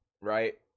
Right